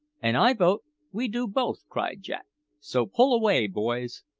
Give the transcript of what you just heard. and i vote we do both, cried jack so pull away, boys!